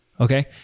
okay